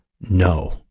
No